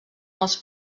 els